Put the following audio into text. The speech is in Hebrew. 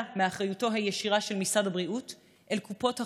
מאחריותו הישירה של משרד הבריאות אל קופות החולים,